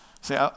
See